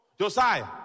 Josiah